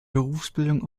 berufsbildung